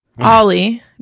Ollie